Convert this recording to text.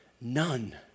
None